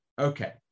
Okay